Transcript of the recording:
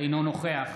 אינו נוכח